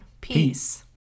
Peace